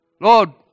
Lord